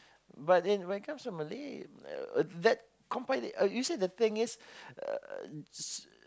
but in when it comes to Malay uh that compila~ uh you see the thing is uh